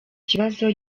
kibazo